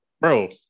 Bro